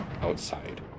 outside